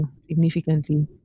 significantly